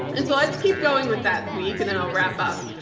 and so, let's keep going with that week, and then i'll wrap up.